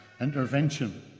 intervention